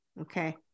Okay